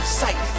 sight